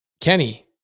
Kenny